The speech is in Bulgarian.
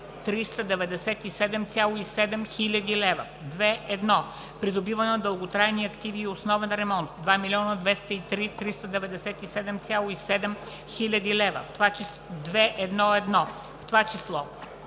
в това число: